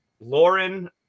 Lauren